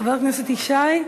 חבר הכנסת ישי,